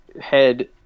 head